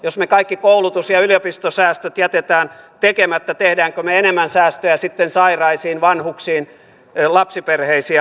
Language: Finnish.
jos me kaikki koulutus ja yliopistosäästöt jätämme tekemättä teemmekö me enemmän sitten sairaisiin vanhuksiin lapsiperheisiin ja muihin kohdistuvia säästöjä